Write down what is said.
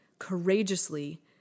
Courageously